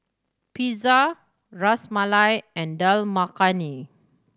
Pizza Ras Malai and Dal Makhani